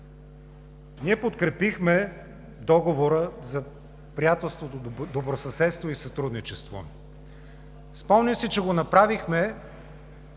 Ние подкрепихме Договора за приятелство, добросъседство и сътрудничество. Спомням си, че го направихме,